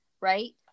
right